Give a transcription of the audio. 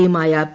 A യുമായ P